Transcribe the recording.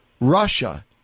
Russia